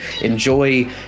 enjoy